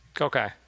Okay